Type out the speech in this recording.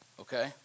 Okay